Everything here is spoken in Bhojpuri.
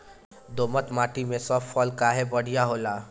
दोमट माटी मै सब फसल काहे बढ़िया होला?